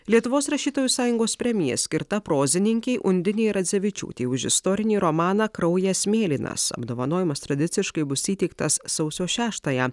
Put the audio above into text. lietuvos rašytojų sąjungos premija skirta prozininkei undinei radzevičiūtei už istorinį romaną kraujas mėlynas apdovanojimas tradiciškai bus įteiktas sausio šeštąją